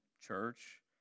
church